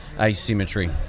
asymmetry